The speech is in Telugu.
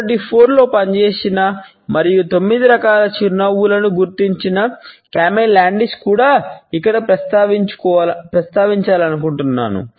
1924 లో పనిచేసిన మరియు 9 రకాల చిరునవ్వులను గుర్తించిన కార్నె లాండిస్ను కూడా ఇక్కడ ప్రస్తావించాలనుకుంటున్నాను